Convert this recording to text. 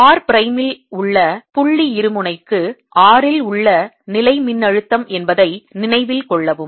r பிரைமில் உள்ள புள்ளி இருமுனைக்கு r இல் உள்ள நிலைமின்னழுத்தம் என்பதை நினைவில் கொள்ளவும்